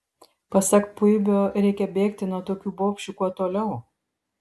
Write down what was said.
pasak puibio reikia bėgti nuo tokių bobšių kuo toliau